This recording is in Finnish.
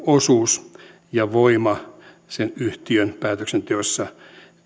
osuus ja voima sen yhtiön päätöksenteossa